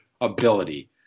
ability